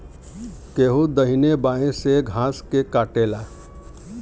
केहू दहिने बाए से घास के काटेला